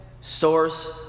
source